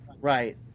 Right